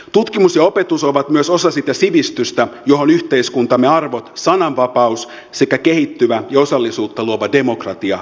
tutkimus ja opetus ovat myös osa sitä sivistystä johon yhteiskuntamme arvot sananvapaus sekä kehittyvä ja osallisuutta luova demokratia nojaavat